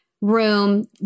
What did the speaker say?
room